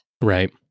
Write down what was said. Right